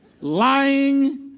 lying